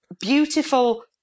beautiful